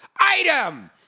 Item